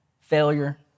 failure